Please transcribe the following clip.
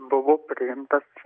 buvo priimtas